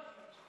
תודה.